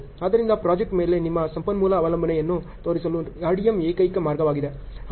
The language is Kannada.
ಆದ್ದರಿಂದ ಪ್ರಾಜೆಕ್ಟ್ ಮೇಲೆ ನಿಮ್ಮ ಸಂಪನ್ಮೂಲ ಅವಲಂಬನೆಯನ್ನು ತೋರಿಸಲು RDM ಏಕೈಕ ಮಾರ್ಗವಾಗಿದೆ